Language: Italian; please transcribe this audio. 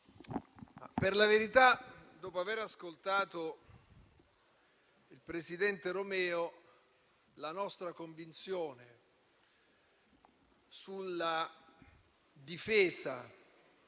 per la verità, dopo aver ascoltato il presidente Romeo, la nostra convinzione sulla difesa